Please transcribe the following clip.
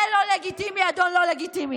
זה לא לגיטימי, אדון לא לגיטימי.